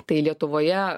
tai lietuvoje